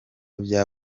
bya